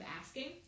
Asking